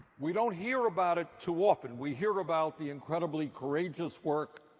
we don't hear about it too often. we hear about the incredibly courageous work.